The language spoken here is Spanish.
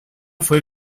fue